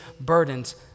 burdens